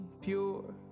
pure